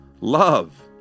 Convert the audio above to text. Love